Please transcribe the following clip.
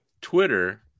Twitter